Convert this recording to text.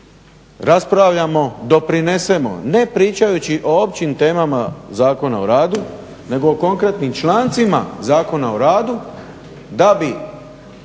raspravljamo, doprinesemo ne pričajući o općim temama Zakona o radu nego o konkretnim člancima Zakona o radu da bi